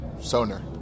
Sonar